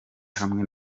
hamwe